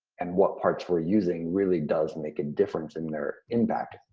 and what parts we're using really does make a difference in their impact.